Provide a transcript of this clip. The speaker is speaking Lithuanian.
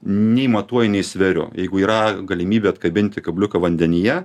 nei matuoju nei sveriu jeigu yra galimybė atkabinti kabliuką vandenyje